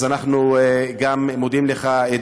אז אנחנו גם מודים לך,